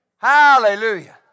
Hallelujah